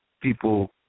people